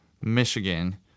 Michigan